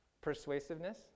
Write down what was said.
Persuasiveness